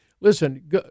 Listen